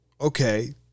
okay